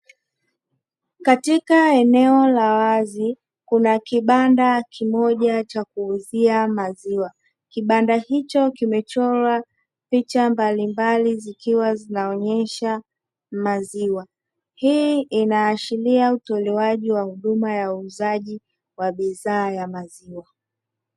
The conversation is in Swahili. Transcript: Katika eneo la wazi, kuna kibanda kimoja cha kuuzia maziwa. Kibanda hicho kimechorwa picha mbalimbali zikiwa zinaonesha maziwa. Hii inaashiria utoaji wa huduma ya maziwa.